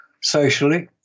socially